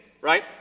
right